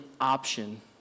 option